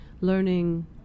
learning